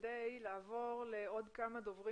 כדי לעבור לעוד כמה דוברים